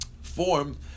form